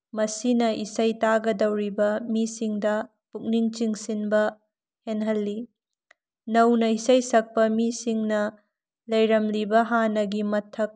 ꯃꯁꯤꯅ ꯏꯁꯩ ꯇꯥꯒꯗꯧꯔꯤꯕ ꯃꯤꯁꯤꯡꯗ ꯄꯨꯛꯅꯤꯡ ꯆꯤꯡꯁꯤꯟꯕ ꯍꯦꯜꯍꯜꯂꯤ ꯅꯧꯅ ꯏꯁꯩ ꯁꯛꯄ ꯃꯤꯁꯤꯡꯅ ꯂꯩꯔꯝꯂꯤꯕ ꯍꯥꯟꯅꯒꯤ ꯃꯊꯛ